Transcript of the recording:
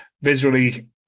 Visually